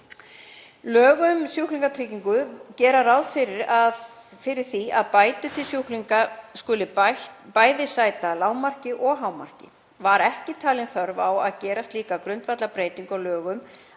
Lög um sjúklingatryggingu gera ráð fyrir því að bætur til sjúklinga skuli bæði sæta lágmarki og hámarki. Var ekki talin þörf á að gera slíka grundvallarbreytingu á lögunum,